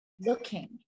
looking